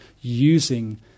using